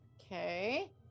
okay